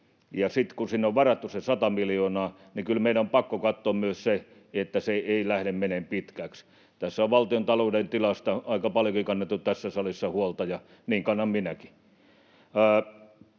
ja sitten kun sinne on varattu se sata miljoonaa, niin kyllä meidän on pakko katsoa myös se, että se ei lähde menemään pitkäksi. Tässä on valtiontalouden tilasta aika paljonkin kannettu tässä salissa huolta, ja niin kannan minäkin.